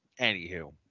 anywho